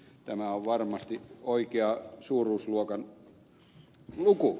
tämä on varmasti oikean suuruusluokan luku